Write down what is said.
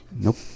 nope